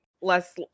less